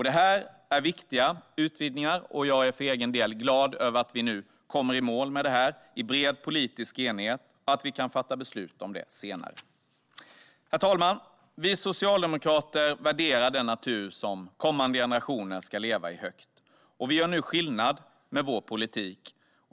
Det här är viktiga utvidgningar, och jag är för egen del glad över att vi nu kommer i mål med det här i bred politisk enighet så att vi kan fatta beslut om det senare. Herr talman! Vi socialdemokrater värderar den natur högt som kommande generationer ska leva i. Vi gör nu skillnad med vår politik.